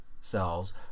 cells